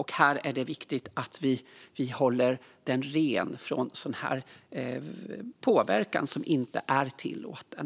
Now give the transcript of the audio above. Här är det viktigt att vi håller skolan ren från sådan här påverkan som inte är tillåten.